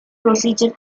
procedure